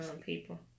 people